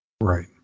Right